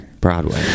Broadway